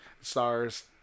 stars